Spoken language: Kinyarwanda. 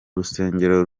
rusengero